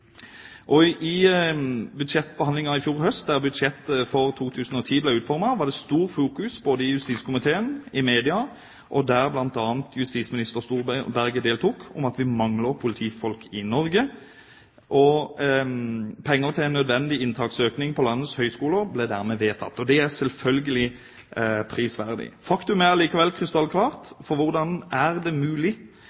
til politiet. Under budsjettbehandlingen i fjor høst, da budsjettet for 2010 ble utformet, var det stort fokus i både justiskomiteen og media – også justisminister Storberget deltok – på at vi mangler politifolk i Norge. Penger til nødvendig inntaksøkning på landets høyskoler ble dermed vedtatt, og det er selvfølgelig prisverdig. Faktum er likevel krystallklart,